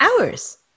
hours